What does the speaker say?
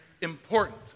important